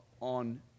on